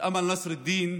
אמל נסראלדין,